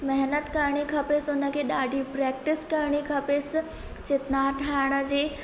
महिनत करिणी खपेसि उन खे ॾाढी प्रैक्टिस करिणी खपेसि चितनार ठाहिण जी